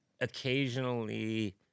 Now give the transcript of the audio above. occasionally